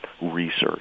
research